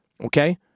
Okay